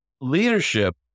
leadership